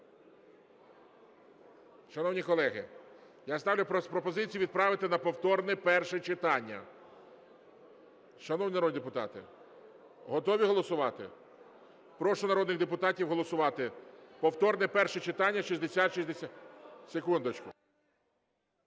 Шановні колеги, я ставлю пропозицію відправити на повторне перше читання. Шановні народні депутати, готові голосувати? Прошу народних депутатів голосувати. Повторне перше читання... (Шум у